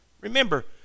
Remember